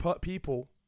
people